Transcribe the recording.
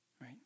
right